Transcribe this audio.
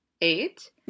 eight